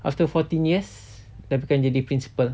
after fourteen years dah bukan jadi principal